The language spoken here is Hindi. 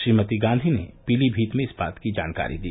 श्रीमती गांधी पीलीमीत में इस बात की जानकारी दी